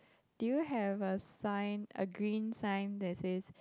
do you have a sign a green sign that says